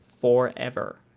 forever